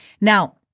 Now